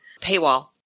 paywall